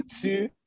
two